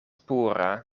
pura